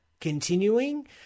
continuing